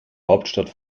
hauptstadt